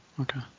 Okay